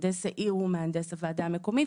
מהנדס העיר הוא מהנדס הוועדה המקומית,